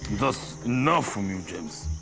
enough from you james!